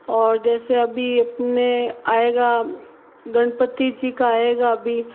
और जैसे अभी अपने आएगा गणपति जी का आएगा अभी